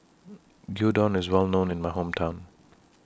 Gyudon IS Well known in My Hometown